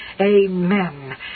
Amen